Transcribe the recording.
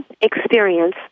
experience